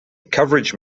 coverage